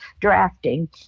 drafting